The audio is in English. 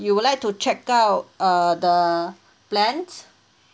you will like to check out uh the plan